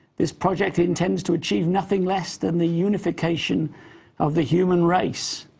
this project intends to achieve nothing less than the unification of the human race.